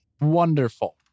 Wonderful